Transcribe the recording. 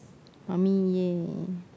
mummy ya